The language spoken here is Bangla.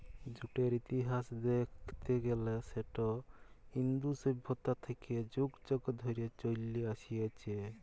জুটের ইতিহাস দ্যাইখতে গ্যালে সেট ইন্দু সইভ্যতা থ্যাইকে যুগ যুগ ধইরে চইলে আইসছে